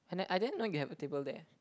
and then I didn't know you have a table there